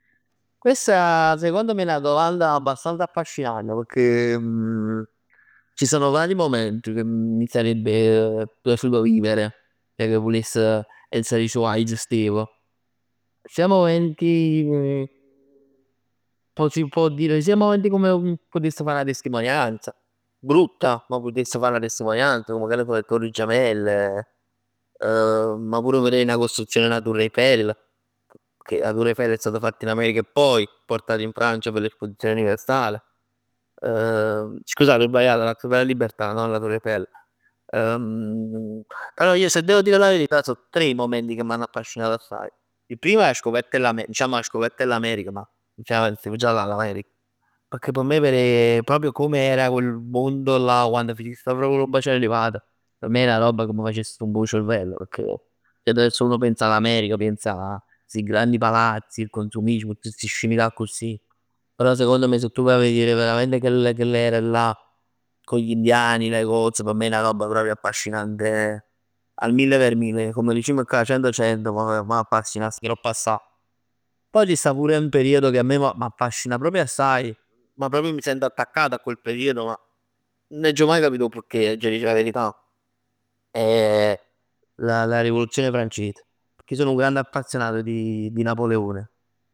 Questa secondo me è 'na domanda abbastanza affascinante, pecchè ci sono vari momenti che mi sarebbe piaciuto vivere. Che vuless, 'essa dicere ua ij c' stev. Sia momenti si può dire, sia momenti come potess fa 'na testimonianza. Brutta ma putess fa 'na testimonianza. Come che ne so, 'e Torri Gemelle, ma pur verè 'na costruzione 'e 'na Torre Eiffel, che 'a Torre Eiffel è stata fatta in America e poi portata in Francia. Scusate ho sbagliato, la Statua della Libertà, non la Torre Eiffel. Però io se devo dire la verità sò tre i momenti che m'hanno affascinato assai. Il primo è la scoperta dell'America. Diciamo la scoperta dell'America, ma già stev già là l'America. Pecchè p' me verè proprio comm era quel mondo là, quando Cristoforo Colombo c'è arrivat, p' me è 'na roba cà m' facess zumbà 'o cervello, pecchè ceh adesso uno pensa 'a l'America, pensa 'a sti grandi palazzi, il consumismo. Tutt sti scimità accussì, però secondo me se tu vai a vedere veramente chell chell'era là, con gli indiani, le cose, p'me è 'na roba proprio affascinante al mille per mille. Comm dicimm cà cento cento, poprj, ij m'appassionass tropp assaj. Poj ci sta pure un periodo che a me m'affascina proprio assai, ma proprio mi sento attaccato a quel periodo, ma nun aggio maj capito 'o pecchè t'aggia dicere 'a verità. è la rivoluzione francese, pecchè ij so 'nu grande appassionato di Napoleone.